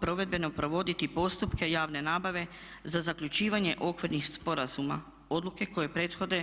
Provedbeno provoditi postupke javne nabave za zaključivanje okvirnih sporazuma, odluke koje prethode